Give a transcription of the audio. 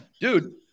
Dude